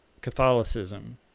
catholicism